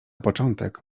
początek